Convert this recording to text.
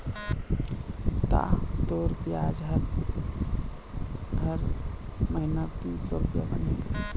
ता तोर बियाज ह हर महिना तीन सौ रुपया बनही